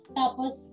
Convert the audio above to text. tapos